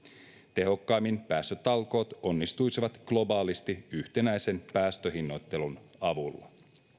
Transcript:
tehokkaimmin päästötalkoot onnistuisivat globaalisti yhtenäisen päästöhinnoittelun avulla